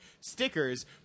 stickers